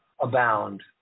abound